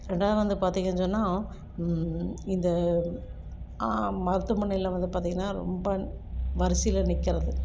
ரெண்டாவது வந்து பார்த்தீங்கன்னு சொன்னால் இந்த மருத்துவமனையில் வந்து பார்த்தீங்கன்னா ரொம்ப வரிசையில் நிக்கிறது